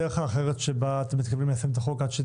מהי הדרך האחרת שבה אתם מתכוונים ליישם את החוק?